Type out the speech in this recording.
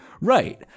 right